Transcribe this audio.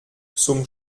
zum